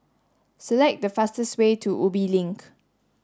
select the fastest way to Ubi Link